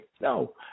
no